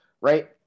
right